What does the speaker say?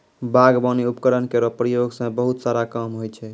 बागबानी उपकरण केरो प्रयोग सें बहुत सारा काम होय छै